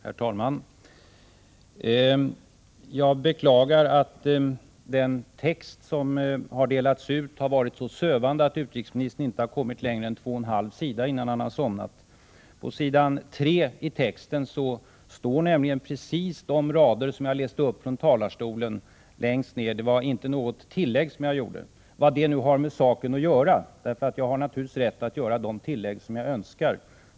Herr talman! Jag beklagar att den utskrift av mitt anförande som har delats ut har varit så sövande att utrikesministern inte har kommit längre än två och en halv sida innan han har somnat. Längst ner på s. 3 i texten står precis de rader som jag läste upp från talarstolen, där gjorde jag inte något tillägg. Vad det nu har med saken att göra — jag har naturligtvis rätt att göra de tillägg som jag önskar.